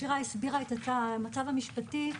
שירה הציגה את המצב המשפטי,